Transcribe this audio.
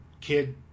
Kid